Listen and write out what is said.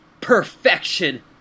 perfection